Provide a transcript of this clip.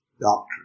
doctrine